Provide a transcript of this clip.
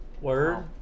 word